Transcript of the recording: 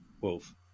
Wolf